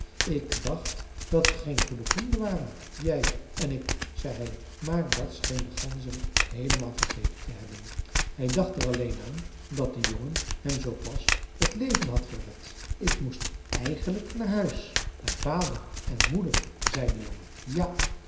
ik dacht dat we geen goede vrienden waren jij en ik zei hij maar dat scheen de ganzerik heelemaal vergeten te hebben hij dacht er alleen aan dat de jongen hem zoo pas het leven had gered ik moest eigenlijk naar huis naar vader en moeder zei de jongen ja